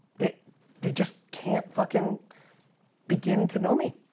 they they just can't fucking begin to know me.